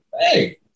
hey